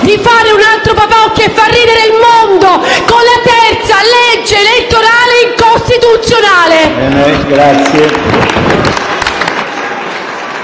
di fare un altro papocchio e far ridere il mondo con la terza legge elettorale incostituzionale.